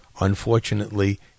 Unfortunately